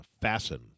fasten